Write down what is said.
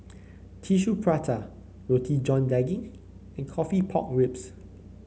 Tissue Prata Roti John Daging and coffee Pork Ribs